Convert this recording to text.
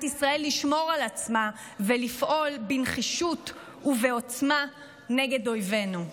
ישראל לשמור על עצמה ולפעול בנחישות ובעוצמה נגד אויבינו.